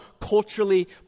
culturally